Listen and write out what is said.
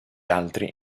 altri